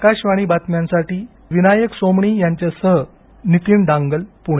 आकाशवाणीच्या बातम्यांसाठी विनायक सोमणी यांच्यासह नितीन डांगल पुणे